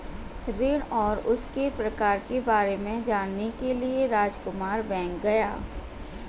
ऋण और उनके प्रकार के बारे में जानने के लिए रामकुमार बैंक गया